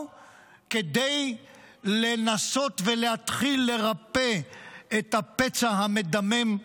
כדי לנסות ולהתחיל לרפא את הפצע המדמם בליבנו.